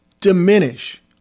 diminish